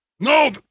No